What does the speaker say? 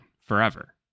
forever